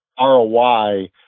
ROI